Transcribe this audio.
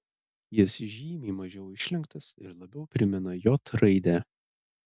jis žymiai mažiau išlenktas ir labiau primena j raidę